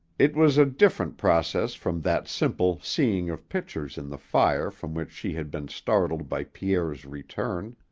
it was a different process from that simple seeing of pictures in the fire from which she had been startled by pierre's return.